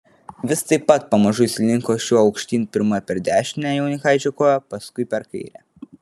vis taip pat pamažu jis slinko šiuo aukštyn pirma per dešinę jaunikaičio koją paskui per kairę